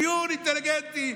בדיון אינטליגנטי,